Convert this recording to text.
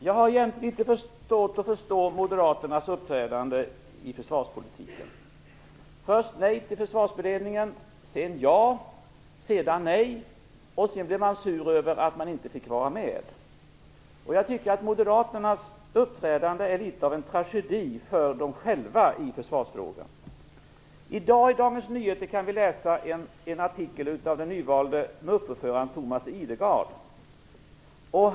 Herr talman! Jag förstår egentligen inte Moderaternas uppträdande i försvarspolitiken. Först säger man nej till Försvarsberedningen, sedan ja, därefter nej och till slut blir man sur över att man inte fick vara med. Moderaternas uppträdande i försvarsfrågan är litet av en tragedi för dem själva. I dag kan vi i Dagens Nyheter läsa en artikel av den nyvalde MUF-ordföranden Thomas Idergard.